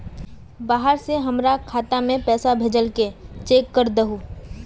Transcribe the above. बाहर से हमरा खाता में पैसा भेजलके चेक कर दहु?